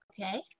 okay